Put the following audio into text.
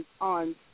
on